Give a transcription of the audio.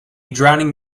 drowning